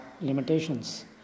limitations